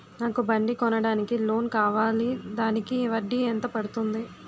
నాకు బండి కొనడానికి లోన్ కావాలిదానికి వడ్డీ ఎంత పడుతుంది?